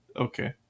Okay